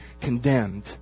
condemned